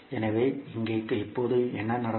எனவே இங்கே இப்போது என்ன நடக்கும்